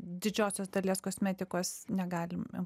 didžiosios dalies kosmetikos negalim